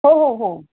हो हो हो